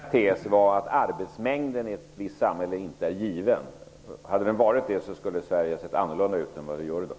Herr talman! Min mycket enkla tes var att arbetsmängden i ett visst samhälle inte är given. Hade så varit fallet, hade Sverige sett annorlunda ut än det gör i dag.